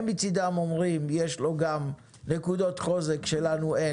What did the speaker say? הם מצדם אומרים שיש לו גם נקודות חוזק שלנו אין